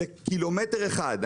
זה קילומטר אחד.